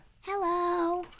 hello